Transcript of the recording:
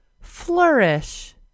flourish